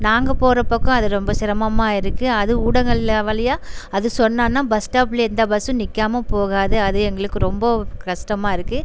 நாங்கள் போகிற பக்கம் அது ரொம்ப சிரமமாக இருக்குது அதுவும் ஊடகங்கள் வழியா அது சொன்னோம்னால் பஸ் ஸ்டாப்பில் எந்த பஸ்ஸும் நிற்காம போகாது அது எங்களுக்கு ரொம்ப கஷ்டமா இருக்குது